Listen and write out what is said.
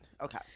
okay